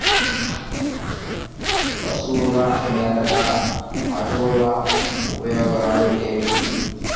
పశువుల మేతగా అజొల్ల ఉపయోగాలు ఏమిటి?